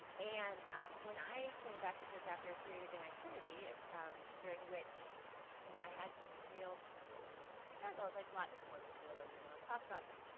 and um when i came back to church after a period of inactivity um during which you know i had real struggles, like lots of mormons do, although we don't always talk about them.